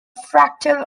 fractal